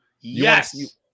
Yes